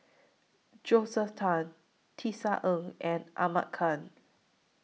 Josephine Teo Tisa Ng and Ahmad Khan